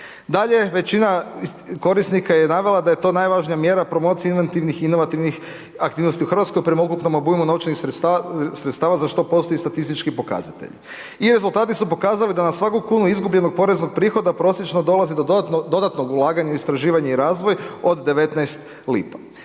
Dalje, većina korisnika je navela da je to najvažnija mjera promocija inventivnih inovativnih aktivnosti u Hrvatskoj prema ukupnom obujmu novčanih sredstava za što postoje statistički pokazatelji. I rezultati su pokazali da na svaku kunu izgubljenog poreznog prihoda prosječno dolazi do dodatnog ulaganja u istraživanje i razvoj od 19 lipa.